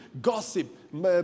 gossip